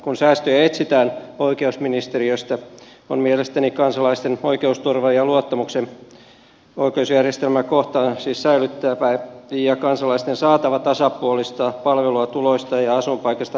kun säästöjä etsitään oikeusministeriöstä on mielestäni kansalaisten oikeusturvan ja luottamuksen oikeusjärjestelmää kohtaan säilyttävä ja kansalaisten saatava tasapuolista palvelua tuloistaan ja asuinpaikastaan riippumatta